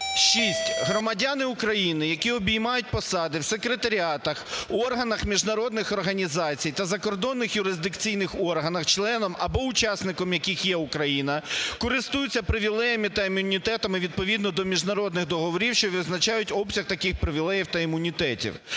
"6. Громадяни України, які обіймають посади в секретаріатах, органах міжнародних організацій та закордонних юрисдикційних органах членом або учасником яких є Україна, користуються привілеями та імунітетом і відповідно до міжнародних договорів, що визначають обсяг таких привілеїв та імунітетів.